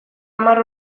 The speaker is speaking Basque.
hamar